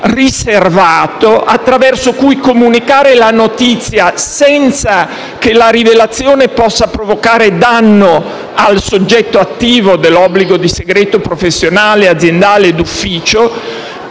riservato attraverso cui comunicare la notizia, senza che la rivelazione possa provocare danno al soggetto attivo dell'obbligo di segreto professionale, aziendale o d'ufficio,